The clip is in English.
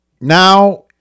now